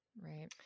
Right